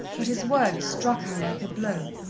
but his words struck her like a blow.